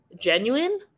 genuine